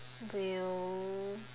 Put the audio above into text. do you